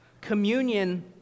Communion